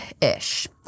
ish